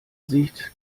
sicht